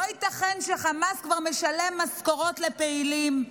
לא ייתכן שחמאס כבר משלם משכורות לפעילים,